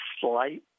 slight